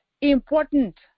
important